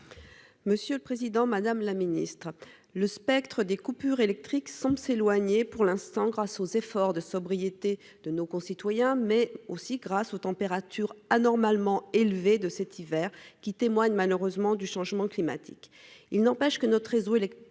Monsieur le Président Madame la Ministre le spectre des coupures électriques semble s'éloigner. Pour l'instant, grâce aux efforts de sobriété, de nos concitoyens mais aussi grâce aux températures anormalement élevées de cet hiver qui témoignent malheureusement du changement climatique.